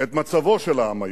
את מצבו של העם היהודי,